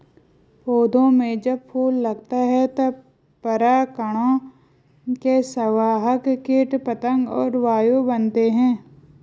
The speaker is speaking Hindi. पौधों में जब फूल लगता है तब परागकणों के संवाहक कीट पतंग और वायु बनते हैं